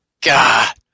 God